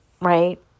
right